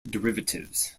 derivatives